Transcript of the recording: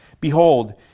Behold